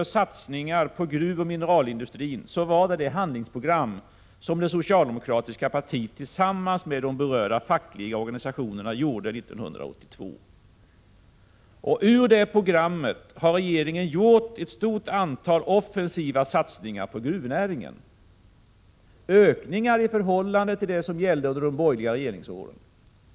regeringens satsningar på gruvoch mineralindustrin var det handlingsprogram som det socialdemokratiska partiet tillsammans med de berörda fackliga organisationerna upprättade 1982. I enlighet med det programmet har regeringen gjort ett stort antal offensiva satsningar på gruvnäringen — ökningar i förhållande till vad som gällde under de borgerliga regeringsåren.